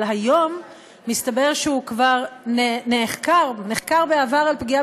אבל היום מסתבר שהוא כבר נחקר בעבר על פגיעה